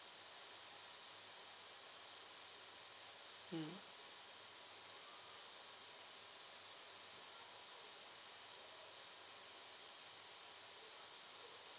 mm